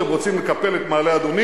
אתם רוצים לקפל את מעלה-אדומים,